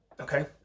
okay